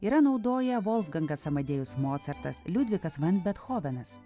yra naudoję volfgangas amadėjus mocartas liudvikas van bethovenas